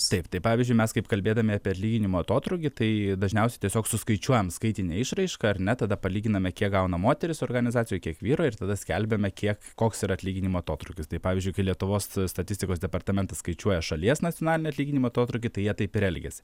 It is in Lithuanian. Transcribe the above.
taip tai pavyzdžiui mes kaip kalbėdami apie atlyginimo atotrūkį tai dažniausiai tiesiog suskaičiuojam skaitine išraiška ar ne tada palyginame kiek gauna moterys organizacijoje kiek vyrai ir tada skelbiame kiek koks yra atlyginimų atotrūkis tai pavyzdžiui kai lietuvos statistikos departamentas skaičiuoja šalies nacionalinį atlyginimų atotrūkį tai jie taip ir elgiasi